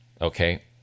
okay